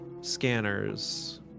scanners